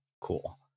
cool